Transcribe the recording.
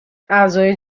اعضای